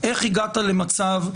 איך הגעת למצב,